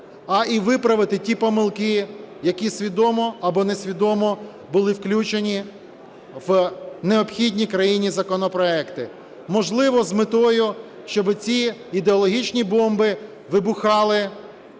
а і виправити ті помилки, які, свідомо або несвідомо, були включені в необхідні країні законопроекти. Можливо, з метою, щоби ці ідеологічні бомби вибухали,